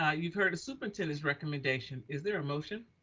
ah you've heard a superintendent's recommendation. is there a motion?